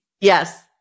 Yes